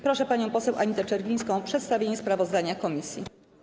Proszę panią poseł Anitę Czerwińską o przedstawienie sprawozdania komisji.